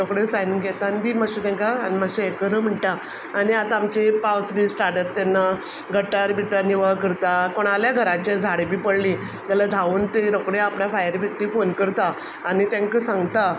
रोखडें सायन घेता आनी दी मातशे तेंकां आनी मातशें हें करू म्हणटा आनी आतां आमची पावस बीन स्टार्ट जाता तेन्ना गट्टर बिटर निवळ करता कोणाल्या घराचेर झाडां बीन पडलीं जाल्यार धावून ती रोखडें आपणा फायर ब्रिगेडी फोन करता आनी तेंकां सांगता